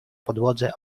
podłodze